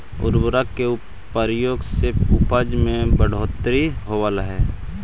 उर्वरक के प्रयोग से उपज में बढ़ोत्तरी होवऽ हई